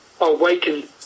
awaken